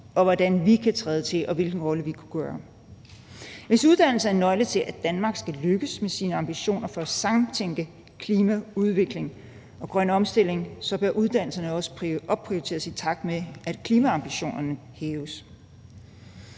hvordan vi kan træde til, og hvilken rolle vi kan spille. Hvis uddannelse er en nøgle til, at Danmark skal lykkes med sine ambitioner om at samtænke klima, udvikling og grøn omstilling, bør uddannelserne også opprioriteres, i takt med at klimaambitionerne hæves.